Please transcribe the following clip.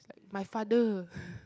my father